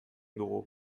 dugu